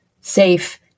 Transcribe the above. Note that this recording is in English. safe